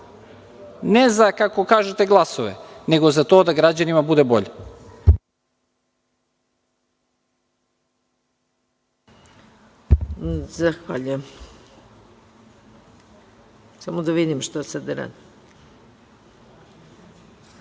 ne za, kako kažete glasove, nego za to da građanima bude bolje.